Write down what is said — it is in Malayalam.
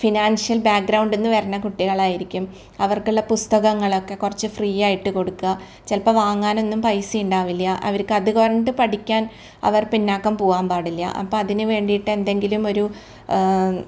ഫിനാൻഷ്യൽ ബാക്ക്ഗ്രൗണ്ടിൽ നിന്ന് വരുന്ന കുട്ടികളായിരിക്കും അവർക്കുള്ള പുസ്തകങ്ങളൊക്കെ കുറച്ച് ഫ്രീ ആയിട്ട് കൊടുക്കുക ചിലപ്പോൾ വാങ്ങാനൊന്നും പൈസ ഉണ്ടാവില്ല അവർക്ക് അത് കൊണ്ട് പഠിക്കാൻ അവർ പിന്നാക്കം പോവാൻ പാടില്ല അപ്പം അതിന് വേണ്ടിയിട്ട് എന്തെങ്കിലും ഒരു